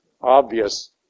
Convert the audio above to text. obvious